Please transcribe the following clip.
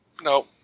No